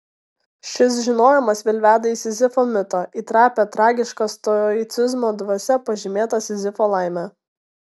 šis žinojimas vėl veda į sizifo mitą į trapią tragišką stoicizmo dvasia pažymėtą sizifo laimę